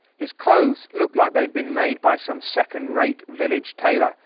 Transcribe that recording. his clothes looked like they had been made by some second rate village tailor.